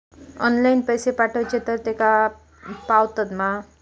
Online पैसे पाठवचे तर तेका पावतत मा?